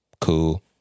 Cool